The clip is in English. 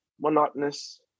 monotonous